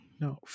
No